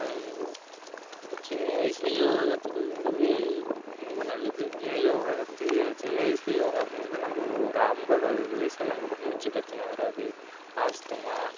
சின்ன வயசிலே யோகா கற்றுக்கறதுங்கிறது ரொம்ப நல்லது ஏன்னா யோகா கற்றுக்க சின்ன வயசிலே யோகா பண்ணியிருந்தா நம்ம ஒரு ஐம்பது அறுபது வயசில் நமக்கு மூச்சு பிரச்சனை வராது ஆஸ்துமா